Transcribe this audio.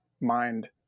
mind